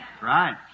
Right